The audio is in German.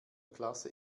klasse